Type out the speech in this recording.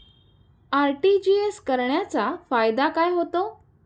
RTGS करण्याचा फायदा काय होतो?